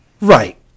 Right